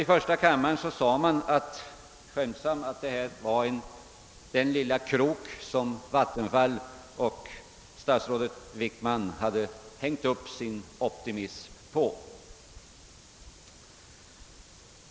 I första kammaren sade man skämtsamt, att det var den lilla krok som Vattenfall och statsrådet Wickman hade hängt upp sin optimism på.